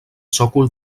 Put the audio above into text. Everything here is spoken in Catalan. sòcol